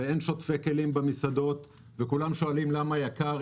אין שוטפי כלים במסעדות, וכולם שואלים למה יקר.